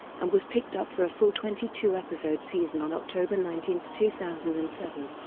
and was picked up for a full twenty two episode season on october nineteen, two thousand and seven.